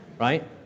right